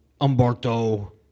Umberto